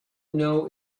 know